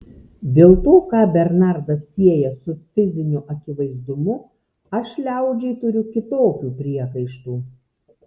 dėl to ką bernardas sieja su fiziniu akivaizdumu aš liaudžiai turiu kitokių priekaištų